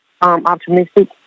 optimistic